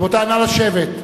רבותי, נא לשבת.